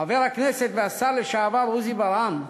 חבר הכנסת והשר לשעבר עוזי ברעם,